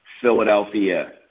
Philadelphia